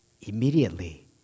Immediately